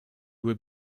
would